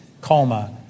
coma